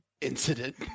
incident